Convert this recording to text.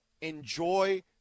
enjoy